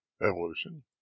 evolution